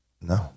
No